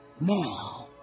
Now